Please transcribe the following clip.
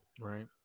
right